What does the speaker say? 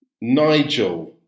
Nigel